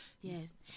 Yes